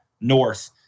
north